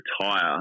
retire